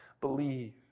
Believe